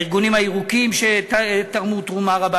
הארגונים הירוקים שתרמו תרומה רבה,